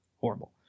Horrible